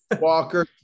Walker